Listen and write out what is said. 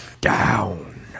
Down